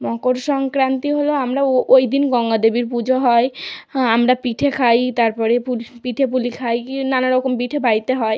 মকর সংক্রান্তি হলো আমরা ও ওই দিন গঙ্গাদেবীর পুজো হয় হ্যাঁ আমরা পিঠে খাই তারপরে পুলি পিঠে পুলি খাই কি নানা রকম পিঠে বাড়িতে হয়